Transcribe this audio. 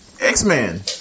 X-Men